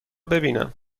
ببینم